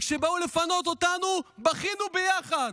וכשבאו לפנות אותנו בכינו ביחד.